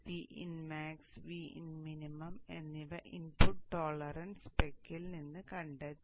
Vinmax Vinmin എന്നിവ input tolerance സ്പെക്കിൽ നിന്ന് കണ്ടെത്തി